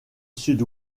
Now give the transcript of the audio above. sud